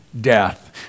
death